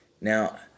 Now